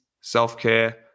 self-care